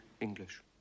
English